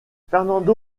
fernando